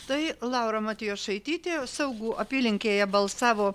tai laura matjošaitytė saugų apylinkėje balsavo